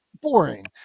boring